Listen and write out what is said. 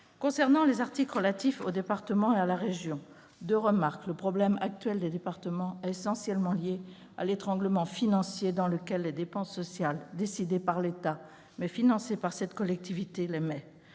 Concernant les articles relatifs au département et à la région, je tiens à faire deux remarques. Le problème actuel des départements est essentiellement lié à l'étranglement financier qui résulte des dépenses sociales décidées par l'État, mais financées par ce niveau de collectivités.